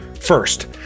first